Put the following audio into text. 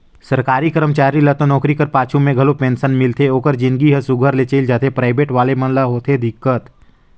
सरकारी करमचारी ल तो नउकरी कर पाछू में घलो पेंसन मिलथे ओकर जिनगी हर सुग्घर ले चइल जाथे पराइबेट वाले मन ल होथे दिक्कत